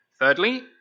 Thirdly